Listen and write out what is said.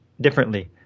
differently